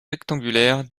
rectangulaire